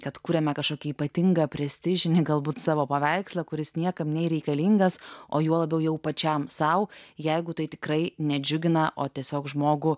kad kuriame kažkokį ypatingą prestižinį galbūt savo paveikslą kuris niekam nereikalingas o juo labiau jau pačiam sau jeigu tai tikrai nedžiugina o tiesiog žmogų